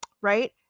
right